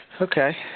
Okay